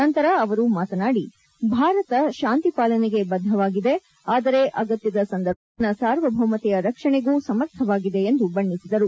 ನಂತರ ಅವರು ಮಾಕನಾಡಿ ಭಾರತ ಶಾಂತಿಪಾಲನೆಗೆ ಬದ್ದವಾಗಿದೆ ಆದರೆ ಅಗತ್ಯದ ಸಂದರ್ಭಗಳಲ್ಲಿ ತನ್ನ ಸಾರ್ವಭೌಮತೆಯ ರಕ್ಷಣೆಗೂ ಸಮರ್ಥವಾಗಿದೆ ಎಂದು ಬಣ್ಣಿಸಿದರು